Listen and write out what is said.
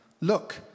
Look